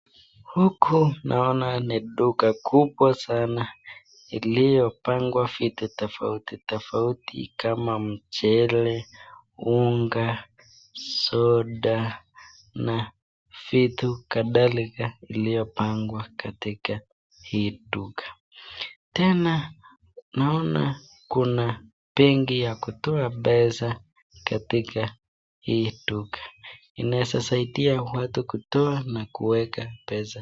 Huku naona ni duka kubwa sana iliyopangwa vitu tofauti tofauti kama mchele ,unga, soda na vitu kadhalika iliyopangwa katika hii duka , tena naona benki ya kutoa pesa katika hii duka inaeza saidia watu kutoa na kuweka pesa.